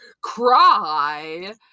cry